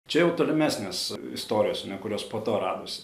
čia jau tolimesnės istorijos kurios po to radosi